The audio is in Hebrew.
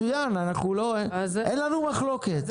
מצוין, אין לנו מחלוקת.